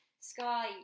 Sky